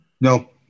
No